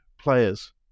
players